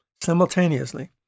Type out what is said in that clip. simultaneously